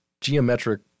geometric